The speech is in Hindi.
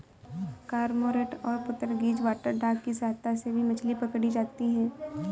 कर्मोंरेंट और पुर्तगीज वाटरडॉग की सहायता से भी मछली पकड़ी जाती है